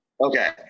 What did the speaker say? Okay